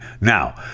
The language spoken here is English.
Now